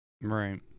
Right